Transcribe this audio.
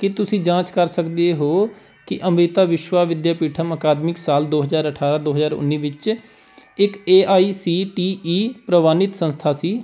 ਕੀ ਤੁਸੀਂ ਜਾਂਚ ਕਰ ਸਕਦੇ ਹੋ ਕਿ ਅੰਮ੍ਰਿਤਾ ਵਿਸ਼ਵਾ ਵਿੱਦਿਆ ਪੀਠਮ ਅਕਾਦਮਿਕ ਸਾਲ ਦੋ ਹਜ਼ਾਰ ਅਠਾਰ੍ਹਾਂ ਦੋ ਹਜ਼ਾਰ ਉੱਨੀ ਵਿੱਚ ਇੱਕ A I C T E ਪ੍ਰਵਾਨਿਤ ਸੰਸਥਾ ਸੀ